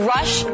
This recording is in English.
Rush